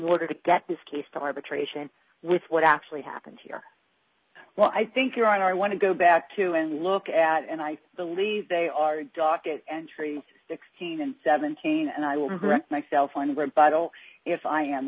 order to get this case to arbitration with what actually happened here well i think you're on i want to go back to and look at and i believe they are docket entry sixteen and seventeen and i